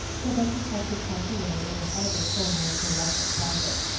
so becky kept it tucked away in the farther corner of her rustic closet,